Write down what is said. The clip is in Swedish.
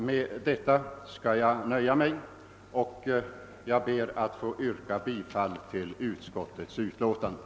Med dessa ord ber jag att få yrka bifall till utskottets hemställan.